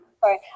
Sorry